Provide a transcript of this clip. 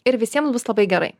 ir visiem bus labai gerai